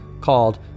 called